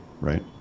Right